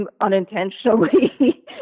Unintentionally